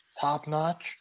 top-notch